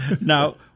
Now